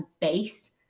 base